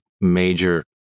major